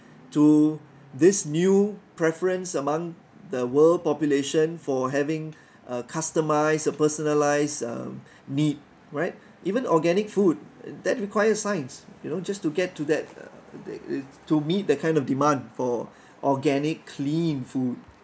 to this new preference among the world population for having a customised a personalised um need right even organic food that requires science you know just to get to that uh to meet the kind of demand for organic clean food